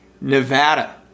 Nevada